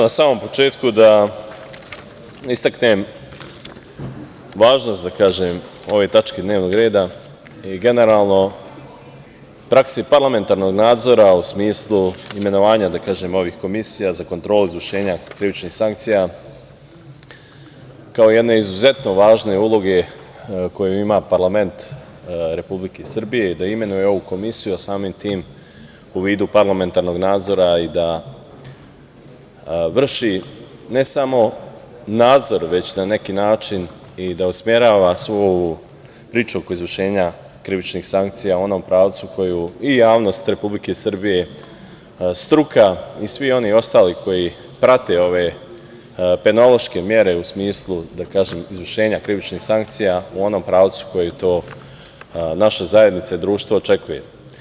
Na samom početku da istaknem važnost ove tačke dnevnog reda i generalno prakse parlamentarnog nadzora u smislu imenovanja ovih komisija za kontrolu izvršenja krivičnih sankcija, kao jedne izuzetno važne uloge koju ima parlament Republike Srbije, da imenuje ovu komisiju, a samim tim u vidu parlamentarnog nadzora i da vrši ne samo nadzor, već na neki način i da usmerava svu ovu priču oko izvršenja krivičnih sankcija u onom pravcu koju i javnost Republike Srbije, struka i svi oni ostali koji prate ove penološke mere u smislu izvršenja krivičnih sankcija u onom pravcu koji to naša zajednica i društvo očekuje.